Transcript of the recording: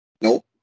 Nope